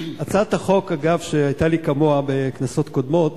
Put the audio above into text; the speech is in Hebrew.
הצעת החוק, אגב, שהיתה לי כמוה בכנסות קודמות,